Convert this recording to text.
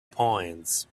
points